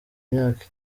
imyaka